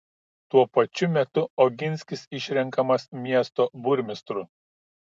tuo pačiu metu oginskis išrenkamas miesto burmistru